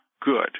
good